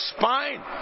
spine